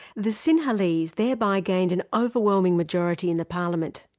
the sinhalese thereby gained an overwhelming majority in the parliament.